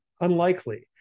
unlikely